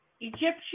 Egyptian